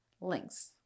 links